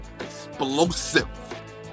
Explosive